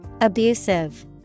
Abusive